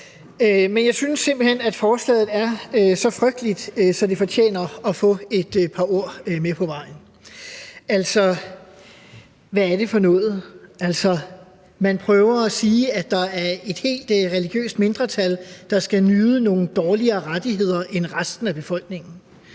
Men jeg synes simpelt hen, at forslaget er så frygteligt, at det fortjener at få et par ord med på vejen. Altså, hvad er det for noget? Man prøver at sige, at der er et helt religiøst mindretal, der skal nyde nogle dårligere rettigheder end resten af befolkningen.